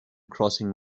crossing